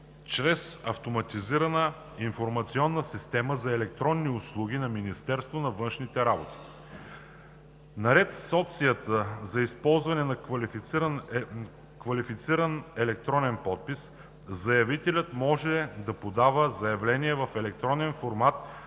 чрез автоматизираната информационна система за електронни услуги на Министерството на външните работи. Наред с опцията за използване на квалифициран електронен подпис, заявителят ще може да подава заявление в електронен формат